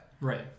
Right